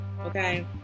Okay